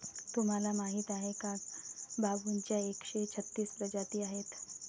तुम्हाला माहीत आहे का बांबूच्या एकशे छत्तीस प्रजाती आहेत